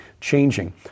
changing